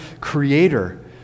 creator